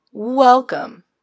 Welcome